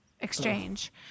exchange